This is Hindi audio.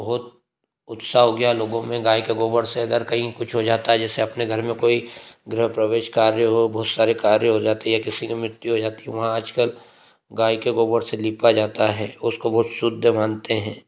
बहुत उत्साह हो गया लोगों में गाय के गोबर से अगर कहीं कुछ हो जाता है जैसे अपने घर में कोई गृह प्रवेश कार्य हो बहुत सारे कार्य बहुत सारे कार्य हो जाते हैं या किसी ने मिट्टी हो जाती है वहाँ आज कल गाय के गोबर से लिपा जाता है उसको वो शुद्ध मनाते हैं